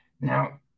Now